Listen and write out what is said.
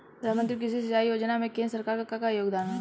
प्रधानमंत्री कृषि सिंचाई योजना में केंद्र सरकार क का योगदान ह?